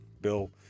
Bill